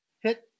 Hit